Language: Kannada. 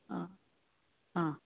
ಹಾಂ ಹಾಂ